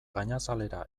gainazalera